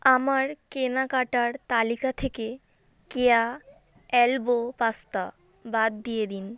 আমার কেনাকাটার তালিকা থেকে কেয়া এলবো পাস্তা বাদ দিয়ে দিন